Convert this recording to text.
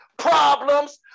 problems